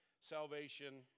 salvation